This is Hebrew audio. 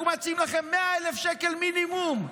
אנחנו מציעים לכם 100,000 שקל מינימום.